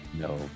No